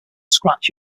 scratch